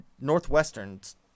Northwestern's